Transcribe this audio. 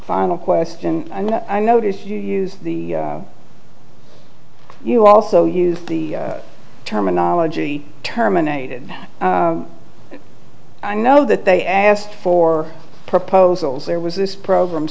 final question i notice you use the you also use the terminology terminated i know that they asked for proposals there was this program